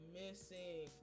missing